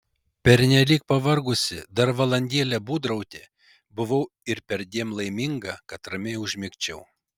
pernelyg pavargusi dar valandėlę būdrauti buvau ir perdėm laiminga kad ramiai užmigčiau